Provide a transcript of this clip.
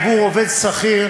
סגן יושב-ראש הכנסת,